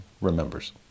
remembers